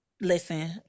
Listen